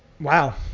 Wow